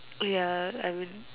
ya I mean